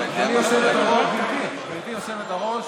גברתי היושבת-ראש,